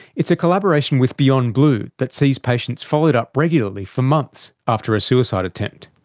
it's a collaboration with beyondblue that sees patients followed up regularly for months after a suicide attempt.